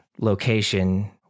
location